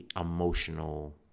emotional